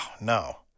no